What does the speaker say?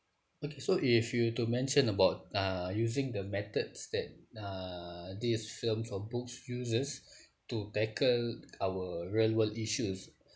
uh okay so if you were to mention about uh using the methods that uh this film for books uses to tackle our real world issues